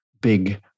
big